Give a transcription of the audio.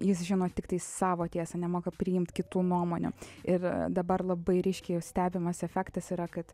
jis žino tiktai savo tiesą nemoka priimti kitų nuomonių ir dabar labai ryškiai jau stebimas efektas yra kad